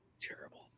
Terrible